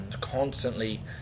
constantly